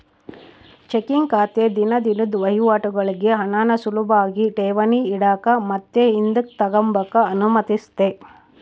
checking ಖಾತೆ ದಿನ ದಿನುದ್ ವಹಿವಾಟುಗುಳ್ಗೆ ಹಣಾನ ಸುಲುಭಾಗಿ ಠೇವಣಿ ಇಡಾಕ ಮತ್ತೆ ಹಿಂದುಕ್ ತಗಂಬಕ ಅನುಮತಿಸ್ತತೆ